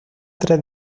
tres